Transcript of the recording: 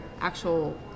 actual